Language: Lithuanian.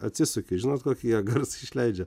atsisuki žinot kokį jie garsą išleidžia